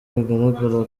bigaragara